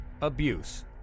abuse